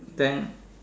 then